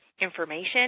information